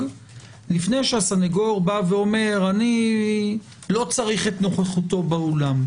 לפני שהסנגור אומר: אני לא צריך את נוכחותו באולם.